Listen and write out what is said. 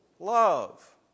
Love